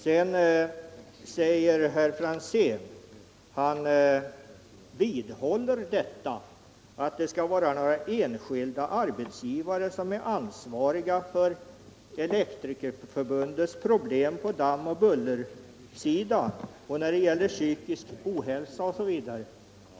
Sedan vidhöll herr Franzén i Stockholm att det är någon enskild arbetsgivare som är ansvarig för Elektrikerförbundets problem på dammoch bullersidan och för den psykiska ohälsan osv.